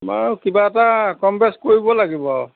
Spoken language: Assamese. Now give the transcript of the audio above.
বাৰু কিবা এটা কম বেছ কৰিব লাগিব আৰু